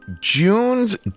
June's